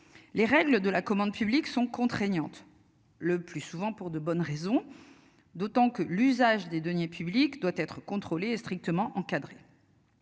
Les règles de la commande publique sont contraignantes. Le plus souvent pour de bonnes raisons d'autant que l'usage des deniers publics doit être. Strictement encadrée.